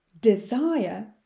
desire